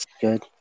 good